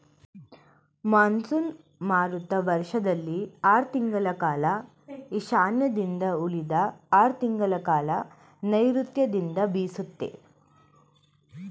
monsoon ಮಾರುತ ವರ್ಷದಲ್ಲಿ ಆರ್ ತಿಂಗಳ ಕಾಲ ಈಶಾನ್ಯದಿಂದ ಉಳಿದ ಆರ್ ತಿಂಗಳಕಾಲ ನೈರುತ್ಯದಿಂದ ಬೀಸುತ್ತೆ